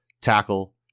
tackle